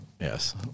Yes